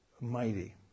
mighty